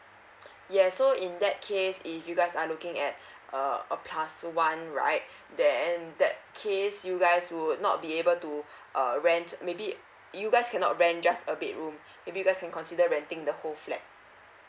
yes so in that case if you guys are looking at uh a plus one right then in that case you guys would not be able to uh rent maybe you guys cannot rent just a bedroom maybe you guys can consider renting the whole flat